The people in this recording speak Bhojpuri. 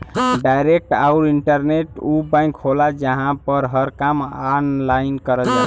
डायरेक्ट आउर इंटरनेट उ बैंक होला जहां पर हर काम ऑनलाइन करल जाला